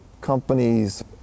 companies